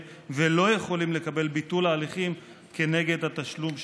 ולא יכולים לקבל ביטול ההליכים כנגד התשלום ששולם,